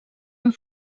amb